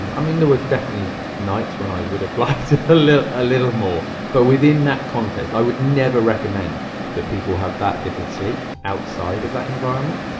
and i mean, there were definite nights when i would have liked it a little a little more. but within that context, i would never recommend that people have that little sleep outside of that environment.